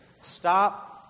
Stop